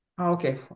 Okay